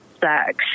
sex